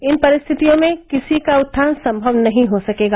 इन परिस्थितियों में किसी का उत्थान सम्मव नही हो सकेगा